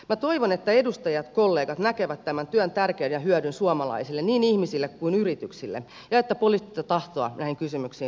minä toivon että edustajat kollegat näkevät tämän työn tärkeyden ja hyödyn suomalaisille niin ihmisille kuin yrityksille ja että poliittista tahtoa näihin kysymyksiin löytyy